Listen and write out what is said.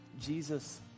Jesus